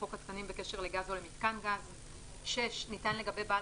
חוק התקנים בקשר לגז או למיתקן גז; ניתן לגבי בעל